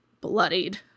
bloodied